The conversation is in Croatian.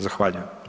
Zahvaljujem.